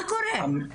מה קורה?